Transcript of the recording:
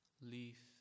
leaf